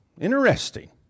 interesting